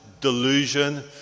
delusion